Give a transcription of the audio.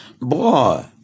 boy